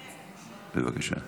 בבקשה.